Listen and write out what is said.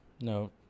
No